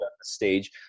stage